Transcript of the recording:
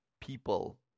people